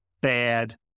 bad